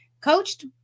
coached